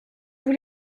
vous